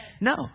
No